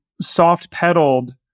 soft-pedaled